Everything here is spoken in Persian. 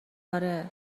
آره